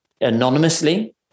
anonymously